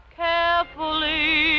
carefully